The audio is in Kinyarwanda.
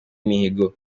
imihigo